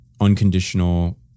Unconditional